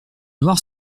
noir